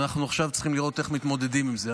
ועכשיו אנחנו צריכים לראות איך מתמודדים עם זה.